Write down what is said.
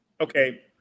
Okay